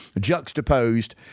juxtaposed